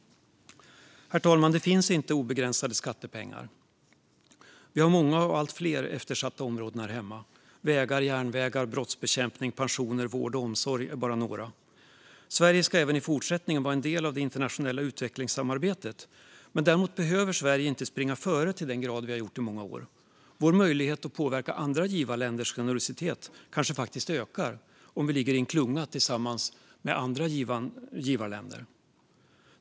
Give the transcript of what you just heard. Herr talman! Det finns inte obegränsade skattepengar. Vi har många, och allt fler, eftersatta områden här hemma - vägar, järnvägar, brottsbekämpning, pensioner, vård och omsorg är bara några. Sverige ska även i fortsättningen vara en del av det internationella utvecklingssamarbetet, men vi behöver inte springa före på det sätt vi har gjort i många år. Vår möjlighet att påverka andra givarländers generositet kanske faktiskt ökar om vi ligger i en klunga tillsammans med andra givarländer.